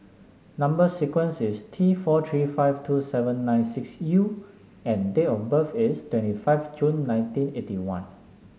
number sequence is T four three five two seven nine six U and date of birth is twenty five June nineteen eighty one